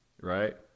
right